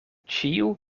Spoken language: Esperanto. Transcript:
ĉiu